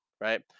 right